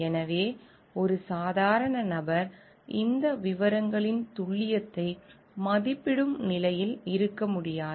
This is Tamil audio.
எனவே ஒரு சாதாரண நபர் இந்த விவரங்களின் துல்லியத்தை மதிப்பிடும் நிலையில் இருக்க முடியாது